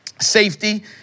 safety